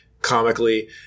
comically